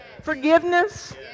forgiveness